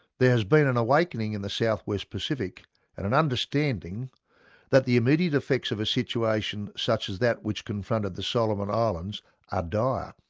there has been an awakening in the south-west pacific and an understanding that the immediate effects of a situation such as that which confronted the solomon islands are dire